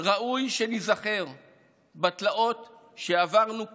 בה ראוי שניזכר בתלאות שעברנו כעם,